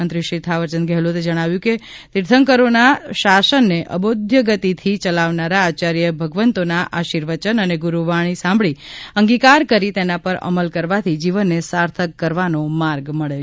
મંત્રી શ્રી થાવરચંદ ગહેલોતે જણાવ્યું કે તીર્થકરોના શાસનને અબોધ્યગતિથી ચલાવનાર આચાર્ય ભગવંતોના આર્શિવચન અને ગુરૂવાણી સાંભળી અંગિકાર કરી તેના પર અમલ કરવાથી જીવનને સાર્થક કરવાનો માર્ગ મળે છે